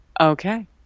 Okay